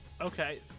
Okay